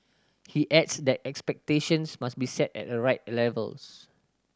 he adds that expectations must be set at the right levels